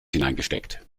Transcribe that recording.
hineingesteckt